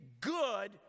good